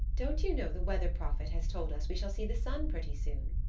don't you know the weather prophet has told us we shall see the sun pretty soon?